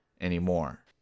anymore